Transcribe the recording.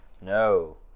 No